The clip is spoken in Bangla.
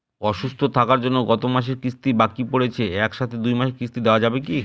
অসুস্থ থাকার জন্য গত মাসের কিস্তি বাকি পরেছে এক সাথে দুই মাসের কিস্তি দেওয়া যাবে কি?